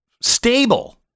stable